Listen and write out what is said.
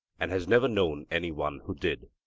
and has never known anyone who did.